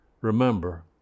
Remember